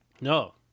No